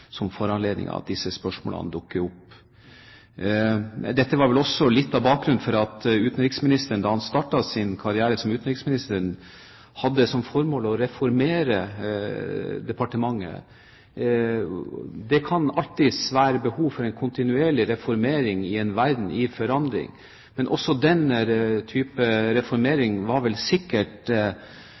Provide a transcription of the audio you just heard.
som foranledning for at disse spørsmålene dukker opp. Dette var vel også litt av bakgrunnen for at utenriksministeren, da han startet sin karriere som utenriksminister, hadde som formål å reformere departementet. Det kan alltids være behov for en kontinuerlig reformering i en verden i forandring, men også ved denne typen reformering var sikkert